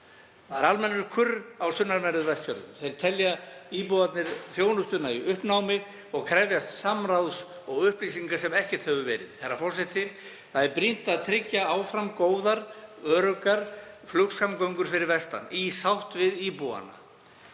Það er almennur kurr á sunnanverðum Vestfjörðum. Íbúar telja þjónustuna í uppnámi og krefjast samráðs og upplýsinga, sem ekkert hefur verið. Herra forseti. Það er brýnt að tryggja áfram góðar, öruggar flugsamgöngur fyrir vestan í sátt við íbúana